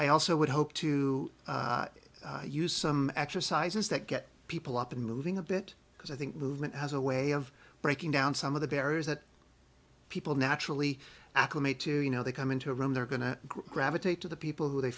i also would hope to use some exercises that get people up and moving a bit because i think movement has a way of breaking down some of the barriers that people naturally acclimate to you know they come into a room they're going to gravitate to the people who they